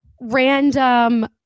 Random